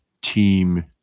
team